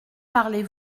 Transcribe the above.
parlez